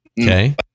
Okay